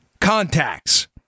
contacts